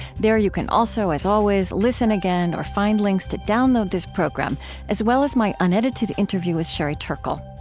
there you can also, as always, listen again or find links to download this program as well as my unedited interview with sherry turkle.